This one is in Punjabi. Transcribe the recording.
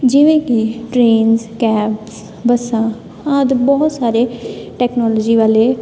ਜਿਵੇਂ ਕਿ ਟਰੇਨਸ ਕੈਬਸ ਬੱਸਾਂ ਆਦਿ ਬਹੁਤ ਸਾਰੇ ਟੈਕਨੋਲੋਜੀ ਵਾਲੇ